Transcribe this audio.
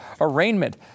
arraignment